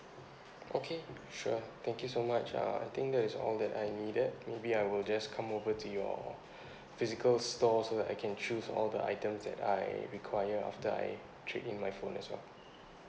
okay sure thank you so much uh I think that is all that I needed maybe I will just come over to your physical store so that I can choose all the items that I require after I trade in my phone as well